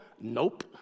Nope